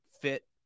fit